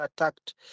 attacked